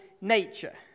nature